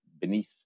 beneath